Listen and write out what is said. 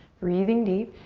breathing deep.